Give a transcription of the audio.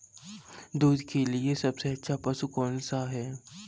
दूध के लिए सबसे अच्छा पशु कौनसा है?